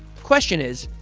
question is,